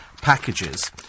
packages